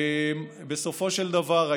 בסופו של דבר,